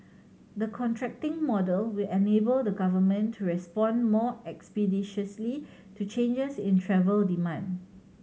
the contracting model will enable the Government to respond more expeditiously to changes in travel demand